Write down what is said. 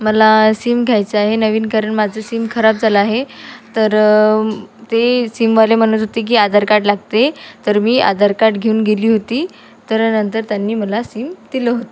मला सीम घ्यायचं आहे नवीन कारण माझं सिम खराब झालं आहे तर ते सीमवाले म्हणत होते की आधार कार्ड लागते तर मी आधार कार्ड घेऊन गेले होते तर नंतर त्यांनी मला सीम दिलं होतं